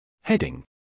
Heading